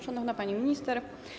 Szanowna Pani Minister!